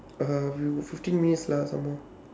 (uh huh) fifty minutes lah some more